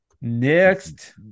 Next